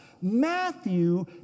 Matthew